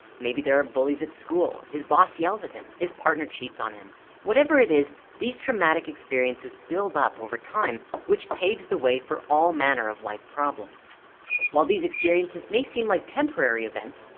maybe there are bullies at school his boss yells at him his partner cheats on him whatever it is these traumatic experiences build up over time which paves the way for all manner of life problems while these experiences may seem like temporary events.